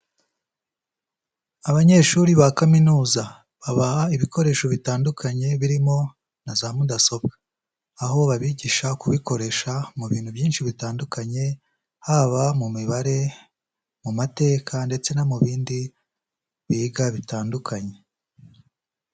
Abanyeshuri ba Kaminuza, babaha ibikoresho bitandukanye birimo na za mudasobwa, aho babigisha kubikoresha mu bintu byinshi bitandukanye, haba mu mibare, mu mateka ndetse no mu bindi biga bitandukanye.